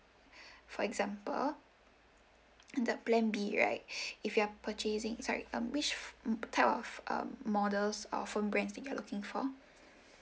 for example the plan B right if you are purchasing sorry um which type of models or phone brands that you are looking for